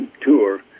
tour